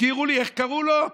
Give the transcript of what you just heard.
תזכירו לי איך קראו לו.